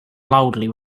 loudly